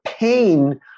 pain